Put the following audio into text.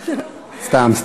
סתם.